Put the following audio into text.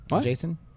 Jason